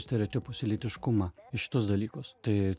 stereotipus į lytiškumą į šitus dalykus tai